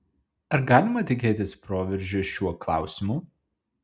ar galima tikėtis proveržio šiuo klausimu